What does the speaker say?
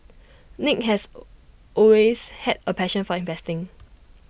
nick has always had A passion for investing